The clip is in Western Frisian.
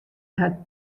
har